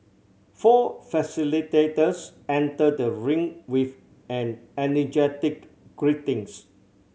four facilitators enter the ring with an energetic greetings